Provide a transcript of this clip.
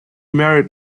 married